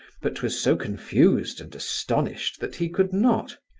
but was so confused and astonished that he could not.